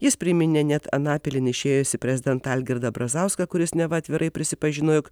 jis priminė net anapilin išėjusį prezidentą algirdą brazauską kuris neva atvirai prisipažino jog